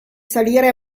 salire